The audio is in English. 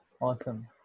awesome